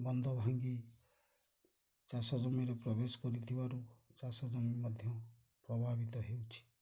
ବନ୍ଦ ଭାଙ୍ଗି ଚାଷ ଜମିରେ ପ୍ରବେଶ କରିଥିବାରୁ ଚାଷ ଜମି ମଧ୍ୟ ପ୍ରଭାବିତ ହେଉଛି